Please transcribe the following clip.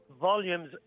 volumes